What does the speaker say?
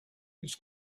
his